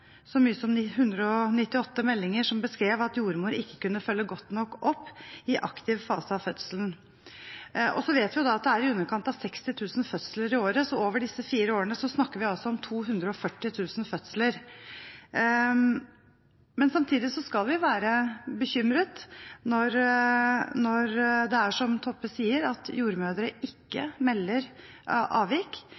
så mye som 198 meldinger som beskrev at jordmor ikke kunne følge godt nok opp i aktiv fase av fødselen. Vi vet at det er i underkant av 60 000 fødsler i året, så over disse fire årene snakker vi altså om 240 000 fødsler. Men samtidig skal vi være bekymret når, som Toppe sier, jordmødre ikke melder avvik. Da er det viktig, som